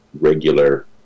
regular